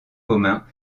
commun